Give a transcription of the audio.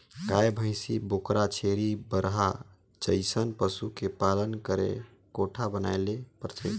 गाय, भइसी, बोकरा, छेरी, बरहा जइसन पसु के पालन करे कोठा बनाये ले परथे